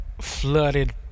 flooded